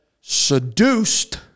seduced